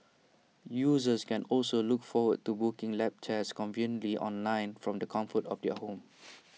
users can also look forward to booking lab tests conveniently online from the comfort of their home